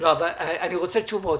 רוצה תשובות.